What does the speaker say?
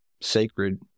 sacred